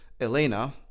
Elena